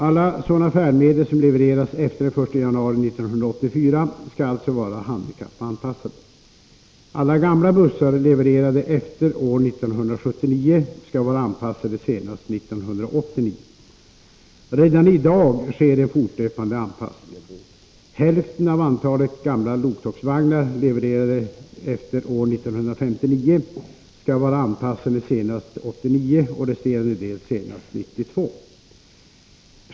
Alla sådana färdmedel som levereras efter den 1 januari 1984 skall alltså vara handikappanpassade. Alla gamla bussar levererade efter år 1979 skall vara anpassade senast 1989. Redan i dag sker en fortlöpande anpassning. Hälften av antalet gamla loktågsvagnar levererade efter år 1959 skall vara anpassade senast 1989 och resterande del senast 1992.